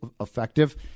effective